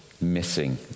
missing